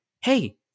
Hey